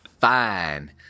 fine